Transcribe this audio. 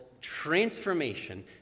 transformation